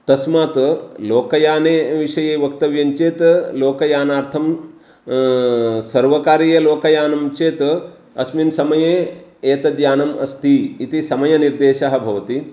तस्मात् लोकयाने विषये वक्तव्यं चेत् लोकयानार्थं सर्वकारीयलोकयानं चेत् अस्मिन् समये एतद्यानम् अस्ति इति समयनिर्देशः भवति